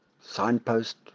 signpost